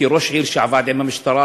כראש עיר שעבד עם המשטרה,